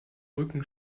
rücken